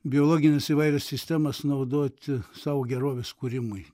biologines įvairias sistemas naudoti savo gerovės kūrimui